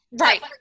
Right